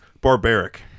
barbaric